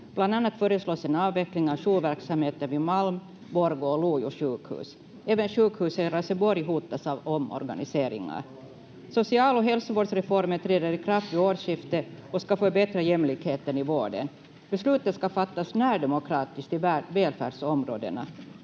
Bland annat föreslås en avveckling av jourverksamheten vid Malm, Borgå och Lojo sjukhus. Även sjukhuset i Raseborg hotas av omorganiseringar. Social- och hälsovårdsreformen träder i kraft vid årsskiftet och ska förbättra jämlikheten i vården. Besluten ska fattas närdemokratiskt i välfärdsområdena.